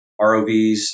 ROVs